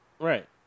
Right